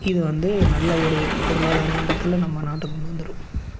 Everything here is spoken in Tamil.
இது வந்து நல்ல ஒரு பொருளாதார இடத்துல நம்ம நாட்டை கொண்டு வந்துடும்